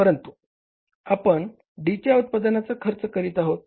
परंतु आपण D च्या उत्पादनाचा खर्च करीत आहोत